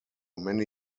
many